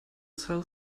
sell